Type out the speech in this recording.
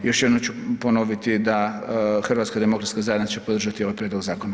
Još jednom ću ponoviti da HDZ će podržati ovaj prijedlog zakona.